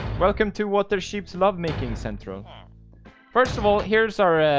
welcome to what their sheeps lovemaking central um first of all, here's our